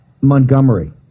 Montgomery